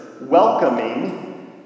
welcoming